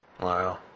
Wow